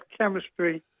chemistry